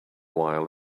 while